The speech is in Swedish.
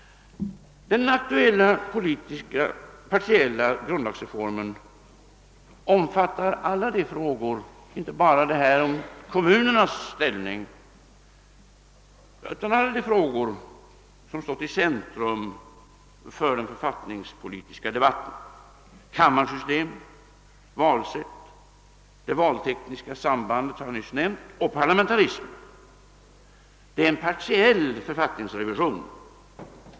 Den aktuella politiska partiella grundlagsreformen omfattar alla frågor, inte bara kommunernas ställning som stått i centrum för den författningspolitiska debatten, kammarsystemet, valsättet och parlamentarismen.